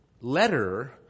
letter